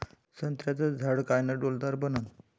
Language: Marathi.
संत्र्याचं झाड कायनं डौलदार बनन?